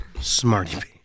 smarty